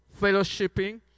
fellowshipping